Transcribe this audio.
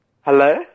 Hello